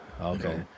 Okay